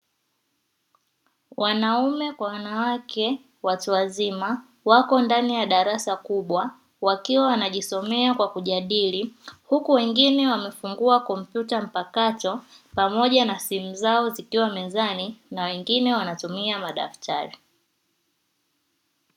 Wanaume kwa wanawake watu wazima wako ndani ya darasa kubwa wakijisomea kwa kujadili huku wengine wamefungua kompyuta mpakato pamoja na simu zao zikiwa mezani na wengine wanatumia madaftari.